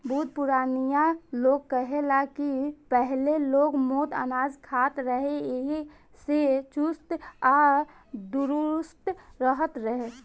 बुढ़ पुरानिया लोग कहे ला की पहिले लोग मोट अनाज खात रहे एही से चुस्त आ दुरुस्त रहत रहे